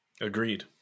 Agreed